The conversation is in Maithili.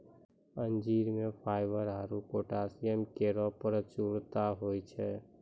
अंजीर म फाइबर आरु पोटैशियम केरो प्रचुरता होय छै